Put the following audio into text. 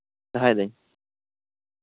ᱫᱚᱦᱚᱭᱫᱟᱹᱧ